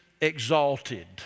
exalted